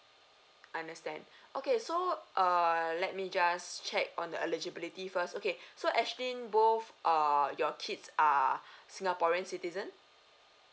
I understand okay so err let me just check on the eligibility first okay so ashlyn both err your kids are singaporeans citizen